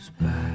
back